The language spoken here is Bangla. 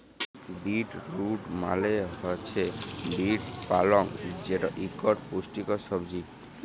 বিট রুট মালে হছে বিট পালং যেট ইকট পুষ্টিকর সবজি